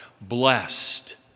Blessed